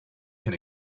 can